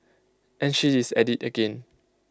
and she is at IT again